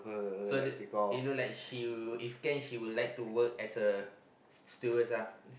so the you know like she if can she would like to work as a stewardess lah